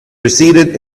receded